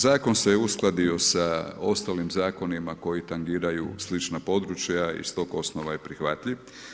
Zakon se uskladio sa ostalim zakonima koji tangiraju slična područja i s tog osnova je prihvatljiv.